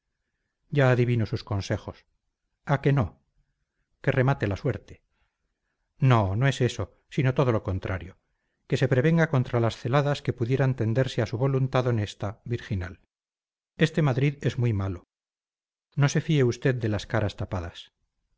ya adivino sus consejos a que no que remate la suerte no no es eso sino todo lo contrario que se prevenga contra las celadas que pudieran tenderse a su voluntad honesta virginal este madrid es muy malo no se fíe usted de las caras tapadas